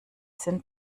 sind